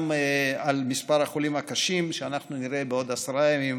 על מספר החולים הקשים שאנחנו נראה בעוד עשרה ימים,